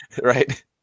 Right